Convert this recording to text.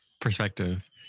Perspective